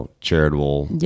charitable